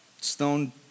stone